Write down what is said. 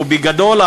ובגדול,